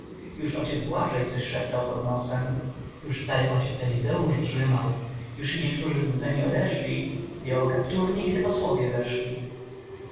już ojciec błażej coś szeptał pod nosem już stary ojciec elizeusz drzymał już i niektórzy znudzeni odeszli biało kapturni gdy posłowie weszli